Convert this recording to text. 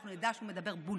אנחנו נדע שהוא מדבר בולשיט.